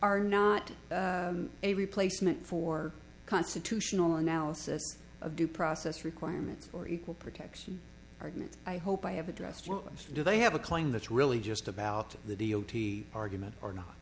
are not a replacement for constitutional analysis of due process requirements for equal protection argument i hope i have addressed do they have a claim that's really just about the d o t argument or not